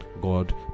God